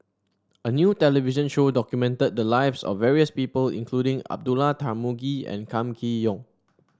a new television show documented the lives of various people including Abdullah Tarmugi and Kam Kee Yong